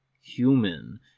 human